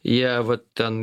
jie vat ten